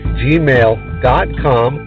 gmail.com